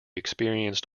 experienced